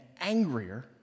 angrier